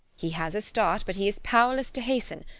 he has a start, but he is powerless to hasten,